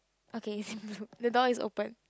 okay you can leave the door is open